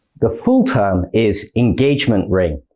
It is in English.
the full term is engagement ring.